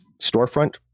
storefront